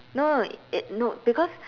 no no it no because